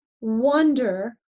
wonder